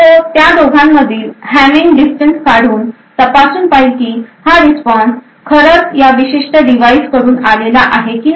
तो त्या दोघांमधील हॅमिंग डिस्टन्स काढून तपासून पाहिलं की हा रिस्पॉन्स खरंच या विशिष्ट डिव्हाइस कडून आलेला आहे की नाही